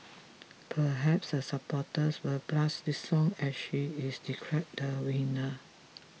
perhaps her supporters will blast this song as she is declared the winner